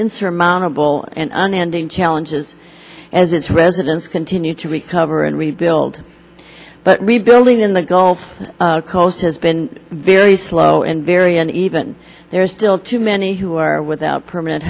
insurmountable and handing challenges as its residents continue to recover and rebuild but rebuilding in the gulf coast has been very slow and very uneven there are still too many who are without permanent